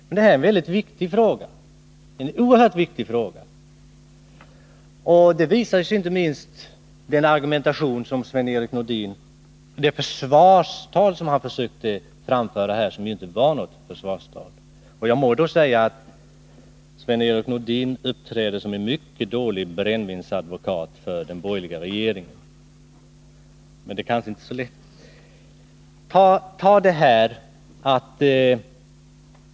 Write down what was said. Men det här är en oerhört viktig fråga, och det visar inte minst det försvarstal som Sven-Erik Nordin försökte framföra men som inte var något försvar. Jag må säga att Sven-Erik Nordin uppträder som en mycket dålig brännvinsadvokat för den borgerliga regeringen — men uppgiften är kanske inte så lätt.